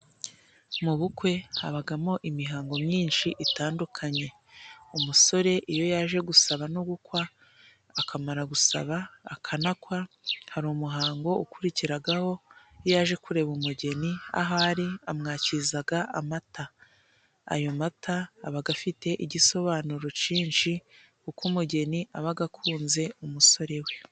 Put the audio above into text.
Mu bukwe habagamo imihango myinshi itandukanye, umusore iyo yaje gusaba no gukwa, akamara gusaba akanakwa hari umuhango ukurikiragaho iyo aje kureba umugeni ahari amwakizaga amata, ayo mata abaga afite igisobanuro cinshi kuko umugeni abaga akunze umusore we.